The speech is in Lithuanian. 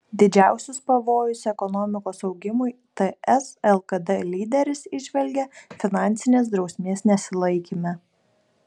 didžiausius pavojus ekonomikos augimui ts lkd lyderis įžvelgia finansinės drausmės nesilaikyme